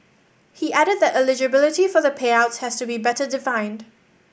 he added that eligibility for the payouts has to be better defined